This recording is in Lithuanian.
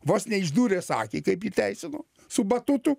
vos neišdūręs akį kaip jį teisino su batutu